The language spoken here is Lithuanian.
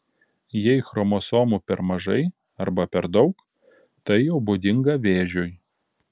jei chromosomų per mažai arba per daug tai jau būdinga vėžiui